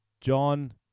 John